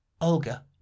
olga